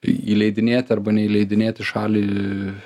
į įleidinėt arba neįleidinėt į šalį